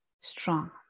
strong